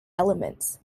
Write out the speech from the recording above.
elements